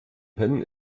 penh